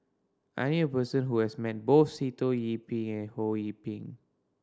I knew a person who has met both Sitoh Yih Pin and Ho Yee Ping